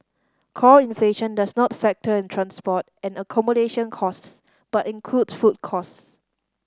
core inflation does not factor in transport and accommodation costs but includes food costs